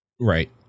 Right